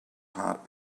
heart